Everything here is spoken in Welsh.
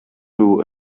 nhw